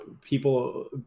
people